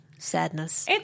Sadness